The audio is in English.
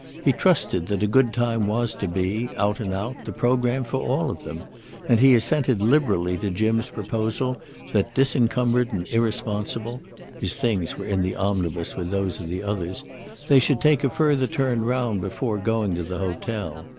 he trusted that a good time was to be, out and out, the programme for all of them and he assented liberally to jim's proposal that, disencumbered and irresponsible his things were in the omnibus with those of the others they should take a further turn round before going to the hotel.